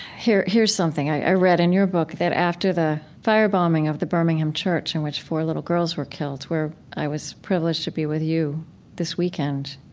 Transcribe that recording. here's something i read in your book, that after the firebombing of the birmingham church in which four little girls were killed, where i was privileged to be with you this weekend,